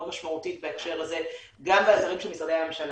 משמעותית בהקשר הזה גם באתרים של משרדי הממשלה,